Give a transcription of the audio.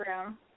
room